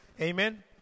Amen